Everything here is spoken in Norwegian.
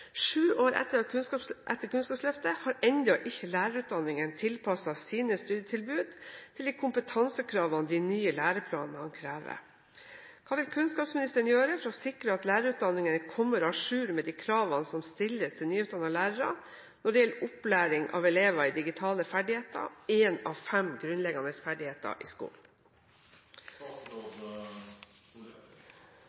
år etter kunnskapsløftet har ennå ikke lærerutdanningene tilpasset sine studietilbud til de kompetansekravene de nye læreplanene krever. Hva vil statsråden gjøre for å sikre at lærerutdanningene kommer à jour med de kravene som stilles til nyutdannede lærere når det gjelder opplæring av elever i digitale ferdigheter, en av de fem grunnleggende ferdighetene?» Lærarutdanningane er gjennom forskrift pålagde å forberede studentane på opplæring i